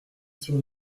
sur